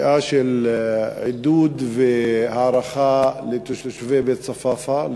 קריאת עידוד והערכה לתושבי בית-צפאפא,